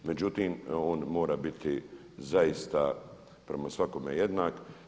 Međutim, on mora biti zaista prema svakome jednak.